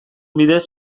bidez